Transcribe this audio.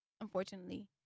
Unfortunately